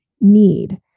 need